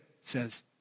says